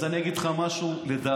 אז אני אגיד לך משהו לדעתי,